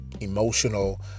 emotional